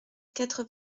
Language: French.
quatre